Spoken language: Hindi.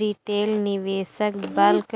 रिटेल निवेशक बल्क